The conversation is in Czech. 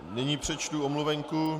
Nyní přečtu omluvenku.